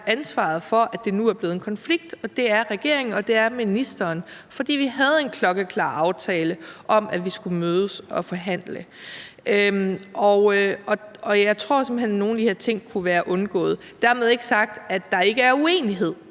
ansvaret for, at det nu er blevet en konflikt, og det er regeringen, og det er ministeren. For vi havde en klokkeklar aftale om, at vi skulle mødes og forhandle. Og jeg tror simpelt hen, at nogle af de her ting kunne være undgået. Dermed ikke være sagt, at der ikke er uenighed,